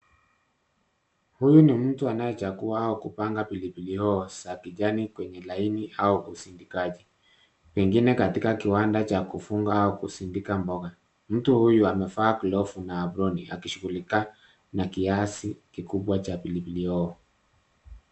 Huyu ni mtu anaye chagua au kupanga pilipili hoho za kijani kwenye laini au usindikaji, pengine katika kiwanda cha kufunga au kusindika mboga, mtu huyu amefaa glovu na aproni akishugulika na kiasi kikubwa cha pilipili hoho.